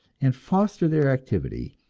and foster their activity,